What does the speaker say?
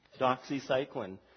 Doxycycline